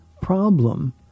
problem